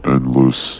Endless